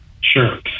Sure